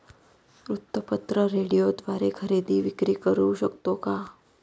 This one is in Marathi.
वृत्तपत्र, रेडिओद्वारे खरेदी विक्री करु शकतो का?